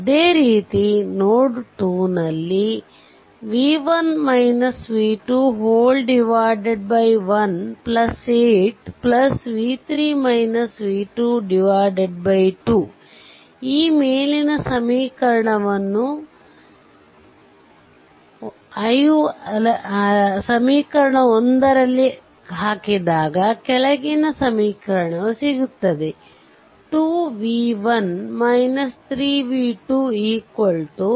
ಅದೇ ರೀತಿ ನೋಡ್ 2 ನಲ್ಲಿ 1 8 2 ಈ ಮೇಲಿನ ಸಮೀಕರಣವನ್ನು ಸಮೀಕರಣ i ರಲ್ಲಿ ಹಾಕಿದಾಗ ಕೆಳಗಿನ ಸಮೀಕರಣ ಸಿಗುತ್ತದೆ 2 v1 3 v2 26